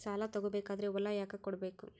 ಸಾಲ ತಗೋ ಬೇಕಾದ್ರೆ ಹೊಲ ಯಾಕ ಕೊಡಬೇಕು?